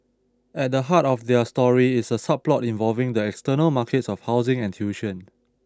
at the heart of their story is a subplot involving the external markets of housing and tuition